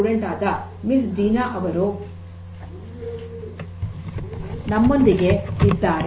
D ವಿದ್ಯಾರ್ಥಿನಿ ಆದ miss Deena ಅವರು ನಮ್ಮೊಂದಿಗೆ ಇದ್ದಾರೆ